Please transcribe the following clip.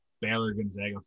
Baylor-Gonzaga